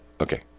okay